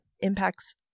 impacts